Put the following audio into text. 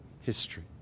history